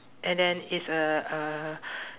and then it's a uh